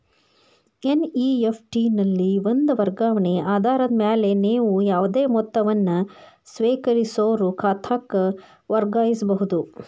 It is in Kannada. ಎನ್.ಇ.ಎಫ್.ಟಿ ನಲ್ಲಿ ಒಂದ ವರ್ಗಾವಣೆ ಆಧಾರದ ಮ್ಯಾಲೆ ನೇವು ಯಾವುದೇ ಮೊತ್ತವನ್ನ ಸ್ವೇಕರಿಸೋರ್ ಖಾತಾಕ್ಕ ವರ್ಗಾಯಿಸಬಹುದ್